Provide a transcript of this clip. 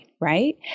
right